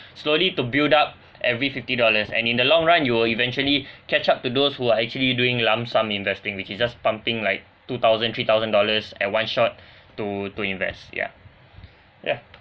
slowly to build up every fifty dollars and in the long run you will eventually catch up to those who are actually doing lump sum investing which is just pumping like two thousand three thousand dollars at one shot to to invest ya ya